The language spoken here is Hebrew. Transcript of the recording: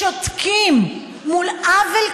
שותקים מול עוול כזה?